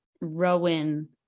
Rowan